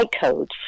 codes